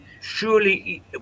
Surely